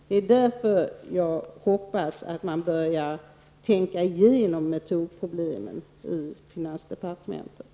Det är därför jag hoppas att man börjar tänka igenom metodproblemen i finansdepartementet.